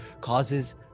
causes